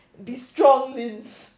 be strong like